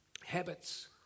habits